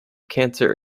cancer